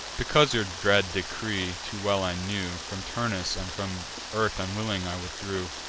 because your dread decree too well i knew, from turnus and from earth unwilling i withdrew.